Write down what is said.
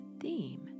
theme